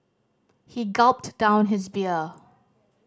he gulped down his beer